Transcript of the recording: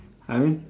I mean